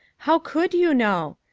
how could you know?